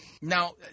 Now